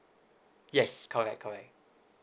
yes correct correct